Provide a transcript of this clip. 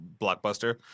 Blockbuster